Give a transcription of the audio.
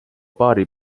paari